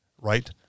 right